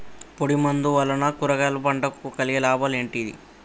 పొడిమందు వలన కూరగాయల పంటకు కలిగే లాభాలు ఏంటిది?